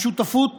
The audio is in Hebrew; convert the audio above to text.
השותפות